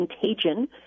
contagion